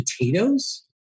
potatoes